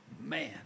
Man